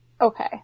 Okay